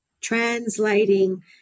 translating